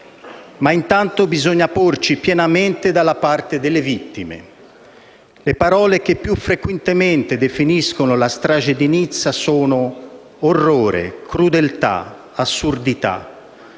Ma intanto bisogna porci pienamente dalla parte delle vittime. Le parole che più frequentemente definiscono la strage di Nizza sono orrore, crudeltà e assurdità.